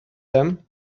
them